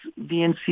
VNC